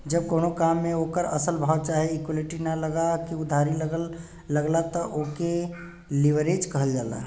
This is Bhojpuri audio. जब कउनो काम मे ओकर असल भाव चाहे इक्विटी ना लगा के उधारी लगला त ओके लीवरेज कहल जाला